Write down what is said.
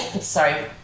Sorry